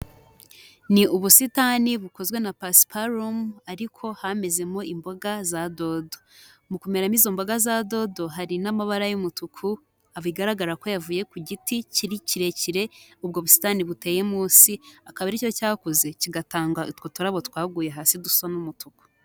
Ni ubusitani bukozwe na pasparuum ariko hamezemo imboga za dodo. Mu kumeramo izo mboga za dodo, hari n'amabara y'umutuku bigaragara ko yavuye ku giti kiri kirekire ubwo busitani buteye munsi, akaba aricyo cyakuze kigatanga utwo turabo twaguye hasi dusa n'umutuku.